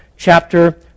chapter